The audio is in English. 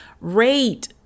rate